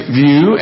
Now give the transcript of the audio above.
view